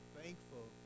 thankful